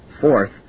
Fourth